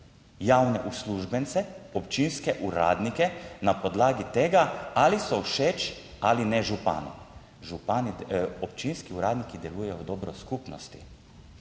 javne uslužbence, občinske uradnike na podlagi tega ali so všeč ali ne županom. Občinski uradniki delujejo v dobro skupnosti.